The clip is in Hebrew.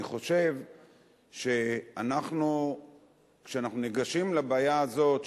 אני חושב שכשאנחנו ניגשים לבעיה הזאת,